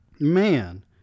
Man